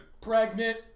Pregnant